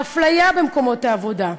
האפליה במקומות העבודה,